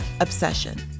obsession